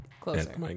closer